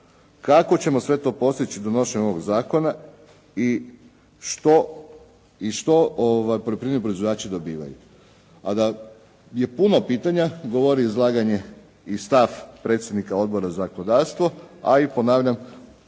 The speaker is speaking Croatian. kako ćemo sve to postići donošenjem ovog zakona i što poljoprivredni proizvođači dobivaju. A da je puno pitanja govori izlaganje i stav predsjednika Odbora za zakonodavstvo, a i ponavljam